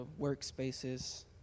workspaces